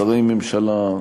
שרי ממשלה,